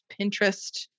Pinterest